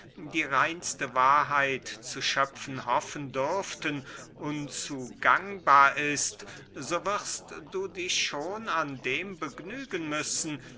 die reinste wahrheit zu schöpfen hoffen dürften unzugangbar ist so wirst du dich schon an dem begnügen müssen